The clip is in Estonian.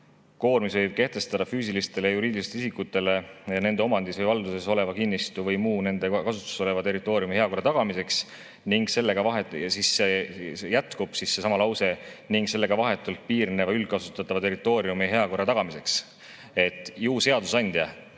"Koormise võib kehtestada füüsilistele ja juriidilistele isikutele nende omandis või valduses oleva kinnistu või muu nende kasutuses oleva territooriumi ning sellega vahetult piirneva üldkasutatava territooriumi heakorra tagamiseks." Ju on seadusandja